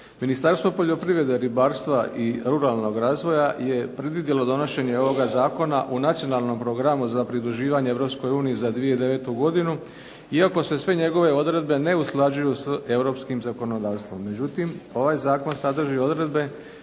Ministarstvo poljoprivrede, ribarstva i ruralnog razvoja je predvidjelo donošenje ovoga zakona u nacionalnom programu za pridruživanje Europskoj uniji za 2009. godinu, iako se sve njegove odredbe ne usklađuju sa europskim zakonodavstvom.